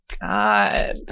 God